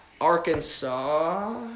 Arkansas